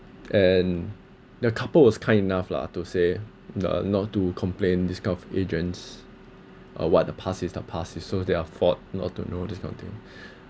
and the couple was kind enough lah to say they are not to complain this kind of agents uh what the past is the past is all their fault not to know this kind of thing